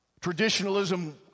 Traditionalism